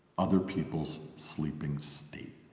other people's sleeping state.